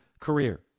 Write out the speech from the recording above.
career